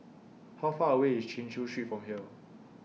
How Far away IS Chin Chew Street from here